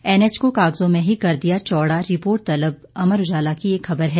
NH को कागजों में ही कर दिया चौड़ा रिपोर्ट तलब अमर उजाला की एक खबर है